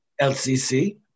LCC